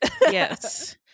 Yes